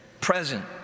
present